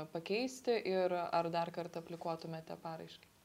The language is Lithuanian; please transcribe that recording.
pakeisti ir ar dar kartą aplikuotumėte paraiškai